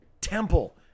temple